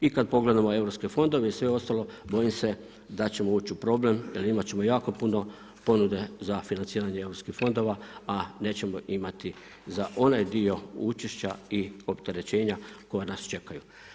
I kada pogledamo europske fondove i sve ostalo bojim se da ćemo ući u problem jer imat ćemo jako puno ponude za financiranje europskih fondova, a nećemo imati za onaj dio učešća i opterećenja koja nas čekaju.